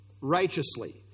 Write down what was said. righteously